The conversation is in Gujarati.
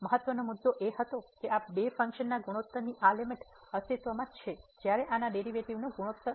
મહત્વનો મુદ્દો એ હતો કે આ બે ફંક્શનના ગુણોત્તરની આ લીમીટ અસ્તિત્વમાં છે જ્યારે આના ડેરિવેટીવ નો ગુણોત્તર